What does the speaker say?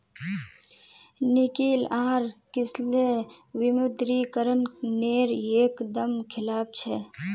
निकिल आर किसलय विमुद्रीकरण नेर एक दम खिलाफ छे